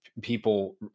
people